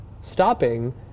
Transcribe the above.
stopping